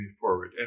forward